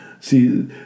See